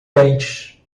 dentes